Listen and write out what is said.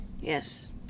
Yes